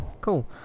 cool